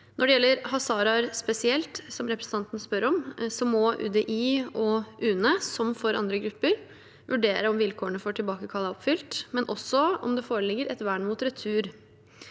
Når det gjelder hazaraer spesielt, som representanten spør om, må UDI og UNE, som for andre grupper, vurdere om vilkårene for tilbakekall er oppfylt, men også om det foreligger et vern mot retur.